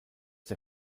der